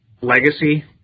legacy